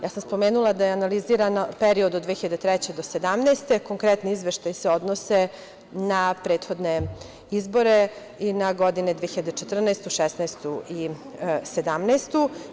Ja sam spomenula da je analiziran period od 2003. do 2017. godine, konkretni izveštaji se odnose na prethodne izbore i na godine 2014, 2016. i 2017. godinu.